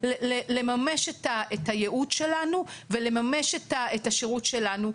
לממש את הייעוד שלנו ולממש את השירות שלנו,